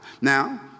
Now